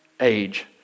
age